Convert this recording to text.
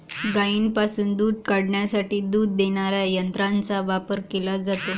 गायींपासून दूध काढण्यासाठी दूध देणाऱ्या यंत्रांचा वापर केला जातो